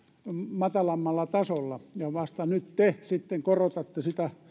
matalammalla tasolla ja vasta nyt te sitten korotatte sitä